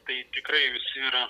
tai tikrai visi yra